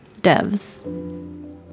devs